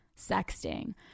sexting